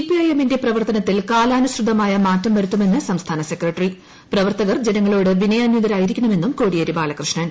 C P I എമ്മിന്റെ പ്രവർത്തനത്തിൽ കാലാനുസൃതമായ മാറ്റം വരുത്തുമെന്ന് സംസ്ഥാന സെക്രട്ടറി പ്രവർത്തകർ ജനങ്ങളോട് വിനയാനിതരാകണമെന്നും കോടിയേരി ബാലകൃഷ്ണൻ